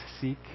seek